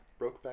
Brokeback